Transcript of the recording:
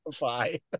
bye